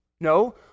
No